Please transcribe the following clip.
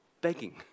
begging